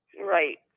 Right